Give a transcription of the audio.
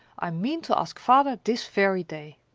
i mean to ask father this very day.